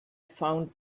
found